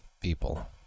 people